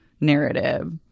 narrative